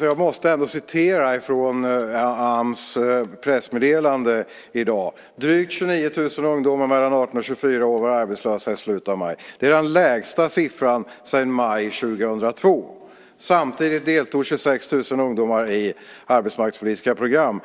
Jag måste ändå få läsa ur Ams pressmeddelande i dag. Enligt pressmeddelandet var drygt 29 000 ungdomar mellan 18 och 24 år arbetslösa i slutet av maj. Det är den lägsta siffran sedan maj 2002. Samtidigt deltog 26 000 ungdomar i arbetsmarknadspolitiska program.